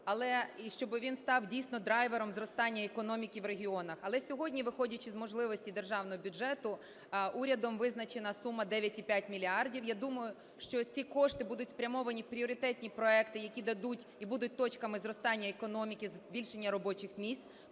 і щоб він став, дійсно, драйвером зростання економіки в регіонах. Але сьогодні, виходячи з можливості державного бюджету, урядом визначена сума 9,5 мільярда. Я думаю, що ці кошти будуть спрямовані на пріоритетні проекти, які дадуть, і будуть точками зростання економки, збільшення робочих місць.